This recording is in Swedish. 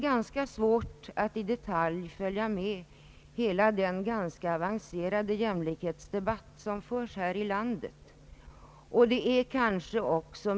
Det är svårt att i detalj följa hela den ganska ” avancerade jämlikhetsdebatt som förts här i landet.